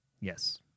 Yes